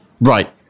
Right